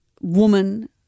woman